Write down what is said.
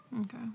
Okay